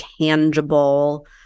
tangible